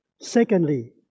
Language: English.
Secondly